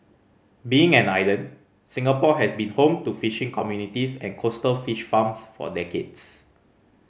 being an island Singapore has been home to fishing communities and coastal fish farms for decades